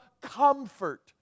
comfort